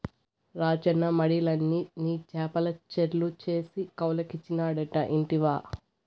రాజన్న మడిలన్ని నీ చేపల చెర్లు చేసి కౌలుకిచ్చినాడట ఇంటివా